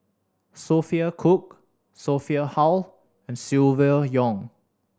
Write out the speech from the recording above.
Sophia Cooke Sophia Hull and Silvia Yong